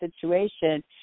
situation